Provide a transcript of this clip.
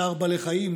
צער בעלי חיים,